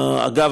אגב,